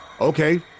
Okay